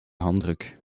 handdruk